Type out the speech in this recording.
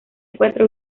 encuentra